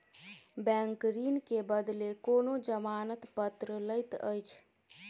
bank ऋण के बदले कोनो जमानत पत्र लैत अछि